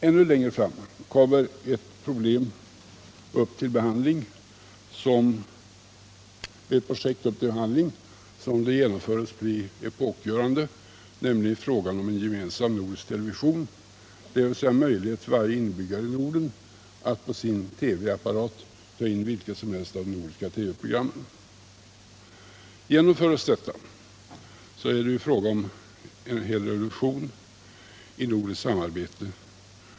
Ännu längre fram kommer rådet att behandla ett projekt, som om det genomförs blir epokgörande, nämligen en nordisk television, dvs. möjlighet för varje inbyggare i Norden att på sin TV-apparat ta in vilket som helst av de nordiska TV-programmen. Genomförs detta projekt, är det fråga om en hel revolution i det nordiska samarbetet.